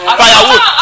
firewood